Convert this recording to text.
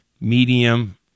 medium